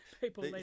people